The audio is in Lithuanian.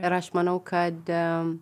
ir aš manau kad